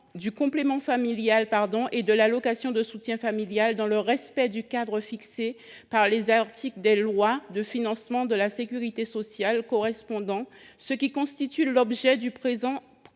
du complément familial et de l’allocation de soutien familial, dans le respect du cadre fixé par les articles des lois de financement de la sécurité sociale correspondants. Cet amendement